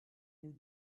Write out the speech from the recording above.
nous